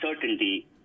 certainty